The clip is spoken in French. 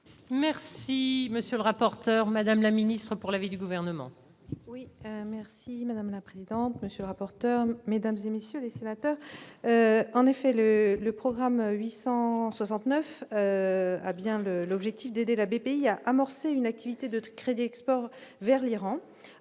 Merci, monsieur le rapporteur, Madame la ministre pour la vie du gouvernement. Merci madame la présidente, monsieur le rapporteur, mesdames et messieurs les sénateurs, en effet, le le programme 869 à bien le l'objet. Dédé la BPI a amorcé une activité de crédit export vers l'Iran